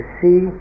see